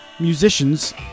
Musicians